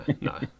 No